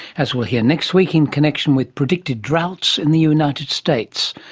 as we'll hear next week in connection with predicted droughts in the united states.